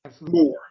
more